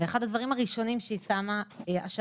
זה אחד הדברים הראשונים שהיא שמה השנה,